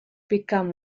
become